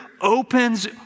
opens